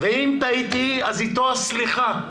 ואם טעיתי, אתו הסליחה.